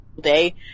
day